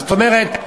זאת אומרת,